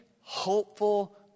hopeful